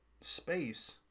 space